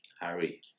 Harry